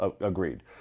agreed